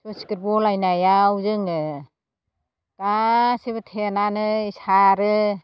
सुइस गेट बलायनायाव जोङो गासिबो थेनानै सारो